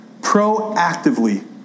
Proactively